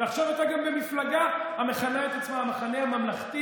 ועכשיו אתה גם במפלגה המכנה את עצמה המחנה הממלכתי,